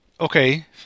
okay